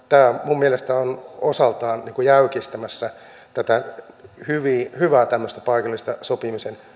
tämä minun mielestäni on osaltaan jäykistämässä tätä hyvää paikallista sopimisen